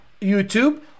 YouTube